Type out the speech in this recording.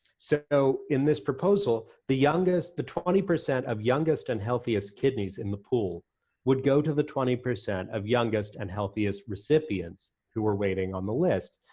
so in this proposal, the youngest, the twenty percent of youngest and healthiest kidneys in the pool would go to the twenty percent of youngest and healthiest recipients who were waiting on the list,